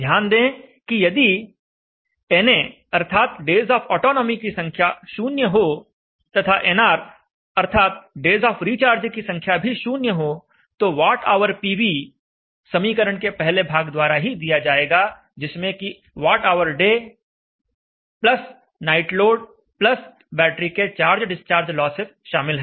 ध्यान दें कि यदि na अर्थात डेज ऑफ ऑटोनोमी की संख्या शून्य हो तथा nr अर्थात डेज ऑफ रिचार्ज की संख्या भी शून्य हो तो वाट ऑवर पीवी समीकरण के पहले भाग द्वारा ही दिया जाएगा जिसमें कि watt hour day plus night load plus battery के चार्ज डिस्चार्ज लॉसेस शामिल हैं